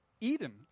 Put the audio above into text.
Eden